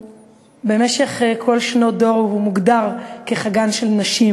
במשך כל שנות דור, מוגדר כחגן של נשים,